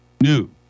new